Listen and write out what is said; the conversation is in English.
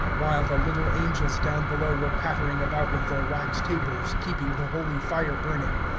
while the little angels down below were pattering about with their wax tapers, keeping the holy fire burning,